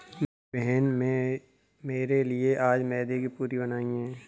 मेरी बहन में मेरे लिए आज मैदे की पूरी बनाई है